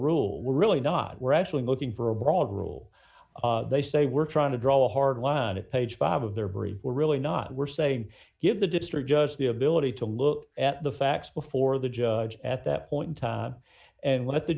we're really not we're actually looking for a broad rule they say we're trying to draw a hard line at page five of their brief we're really not we're saying give the district judge the ability to look at the facts before the judge at that point in time and let the